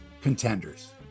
contenders